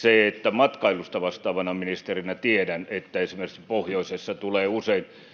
matkailusta vastaavana ministerinä tiedän että esimerkiksi pohjoisessa tulee usein